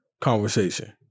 Conversation